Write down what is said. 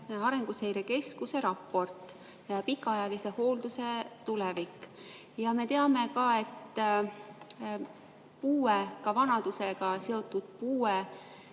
Arenguseire Keskuse raport "Pikaajalise hoolduse tulevik". Me teame, et puue, ka vanadusega seotud puue